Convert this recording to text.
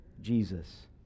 Jesus